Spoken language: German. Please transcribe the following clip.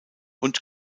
und